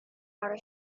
outer